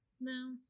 No